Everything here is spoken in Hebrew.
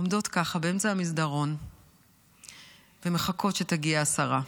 עומדות ככה באמצע המסדרון ומחכות שתגיע השרה.